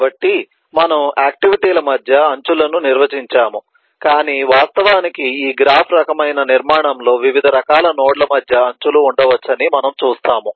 కాబట్టి మనము ఆక్టివిటీ ల మధ్య అంచులను నిర్వచించాము కాని వాస్తవానికి ఈ గ్రాఫ్ రకమైన నిర్మాణంలో వివిధ రకాల నోడ్ల మధ్య అంచులు ఉండవచ్చని మనము చూస్తాము